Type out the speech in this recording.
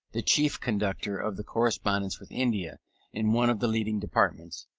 the chief conductor of the correspondence with india in one of the leading departments,